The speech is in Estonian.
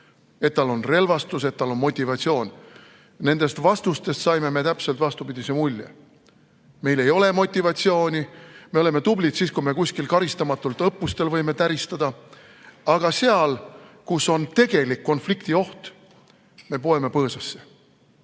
et tal on relvastus, et tal on motivatsioon. Nendest vastustest saime täpselt vastupidise mulje. Meil ei ole motivatsiooni, me oleme tublid siis, kui me kuskil õppustel võime karistamatult täristada. Aga seal, kus on tegelik konfliktioht, me poeme põõsasse.